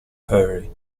hurry